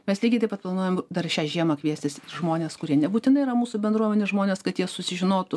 mes lygiai taip pat planuojam dar šią žiemą kviestis ir žmones kurie nebūtinai yra mūsų bendruomenės žmonės kad jie susižinotų